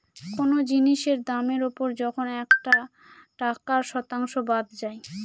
কোনো জিনিসের দামের ওপর যখন একটা টাকার শতাংশ বাদ যায়